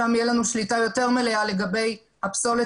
שם תהיה לנו שליטה יותר מלאה לגבי הפסולת